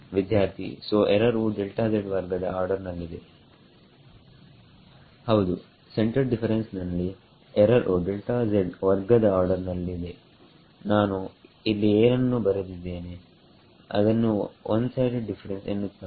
ವಿದ್ಯಾರ್ಥಿಸೋಎರರ್ ವು delta z ವರ್ಗ ದ ಆರ್ಡರ್ ನಲ್ಲಿದೆ ಹೌದು ಸೆಂಟರ್ಡ್ ಡಿಫರೆನ್ಸ್ನಲ್ಲಿ ಎರರ್ ವು ಡೆಲ್ಟಾ z ವರ್ಗ ದ ಆರ್ಡರ್ ನಲ್ಲಿದೆ ನಾನು ಇಲ್ಲಿ ಏನನ್ನು ಬರೆದಿದ್ದೇನೆ ಅದನ್ನು ಒನ್ ಸೈಡೆಡ್ ಡಿಫರೆನ್ಸ್ ಎನ್ನುತ್ತಾರೆ